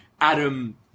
Adam